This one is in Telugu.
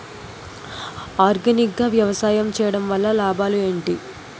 ఆర్గానిక్ గా వ్యవసాయం చేయడం వల్ల లాభాలు ఏంటి?